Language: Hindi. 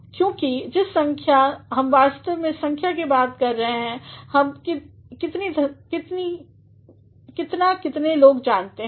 क्योंकि जिस संख्या हम वास्तव में संख्या की बात कर रहे हैं हम कि कितना कितने लोग जानते हैं